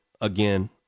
again